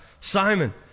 Simon